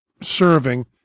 serving